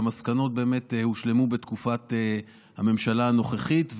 והמסקנות באמת הושלמו בתקופת הממשלה הנוכחית,